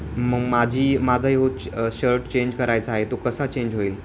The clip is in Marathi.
मग माझी माझा ह्यो श शर्ट चेंज करायचा आहे तो कसा चेंज होईल